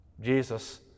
Jesus